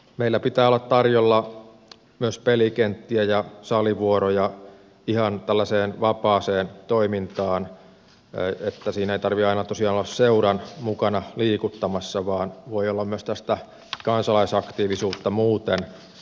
meillä pitää olla tarjolla myös pelikenttiä ja salivuoroja ihan tällaiseen vapaaseen toimintaan niin että siinä ei tarvitse aina tosiaan olla seuran mukana liikuttamassa vaan voi olla myös tällaista kansalaisaktiivisuutta muuten